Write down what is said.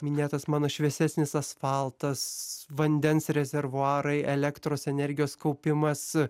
minėtas mano šviesesnis asfaltas vandens rezervuarai elektros energijos kaupimas